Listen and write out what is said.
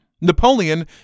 Napoleon